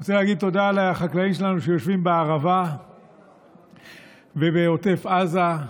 אני אגיד תודה לחקלאים שלנו שיושבים בערבה ובעוטף עזה,